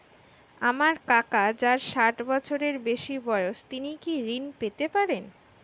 আমার কাকা যার ষাঠ বছরের বেশি বয়স তিনি কি ঋন পেতে পারেন?